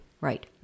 Right